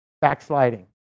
backsliding